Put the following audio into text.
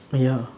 ya